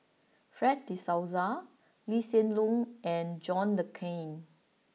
Fred De Souza Lee Hsien Loong and John Le Cain